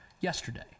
yesterday